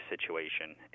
situation